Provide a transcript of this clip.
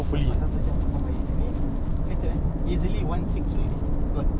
lepas satu jam kau sampai yang ni kecut eh easily one sixth already kot